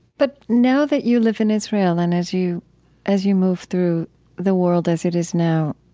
but now that you live in israel and as you as you move through the world as it is now,